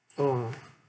oh